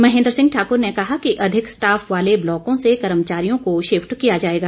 महेन्द्र सिंह ठाकुर ने कहा कि अधिक स्टाफ वाले ब्लॉकों से कर्मचारियों को शिफट कर दिए जाएगा